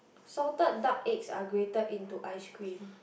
salted duck eggs are grated into ice cream